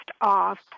off